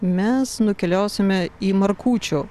mes nukeliausime į markučių